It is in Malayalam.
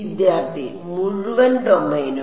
വിദ്യാർത്ഥി മുഴുവൻ ഡൊമെയ്നും